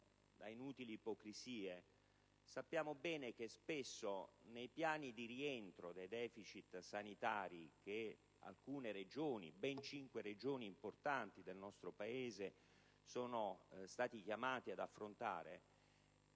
da inutili ipocrisie, sappiamo bene che spesso, nei piani di rientro dei deficit sanitari, che ben cinque Regioni importanti del nostro Paese sono state chiamate ad affrontare,